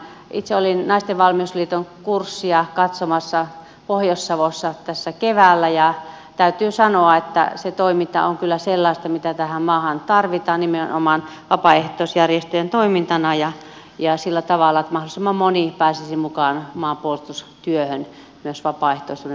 itse olin naisten valmiusliiton kurssia katsomassa pohjois savossa keväällä ja täytyy sanoa että se toiminta on kyllä sellaista mitä tähän maahan tarvitaan nimenomaan vapaaehtoisjärjestöjen toimintana ja sillä tavalla että mahdollisimman moni pääsisi mukaan maanpuolustustyöhön myös vapaaehtoisuuden pohjalta